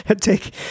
Take